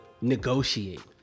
negotiate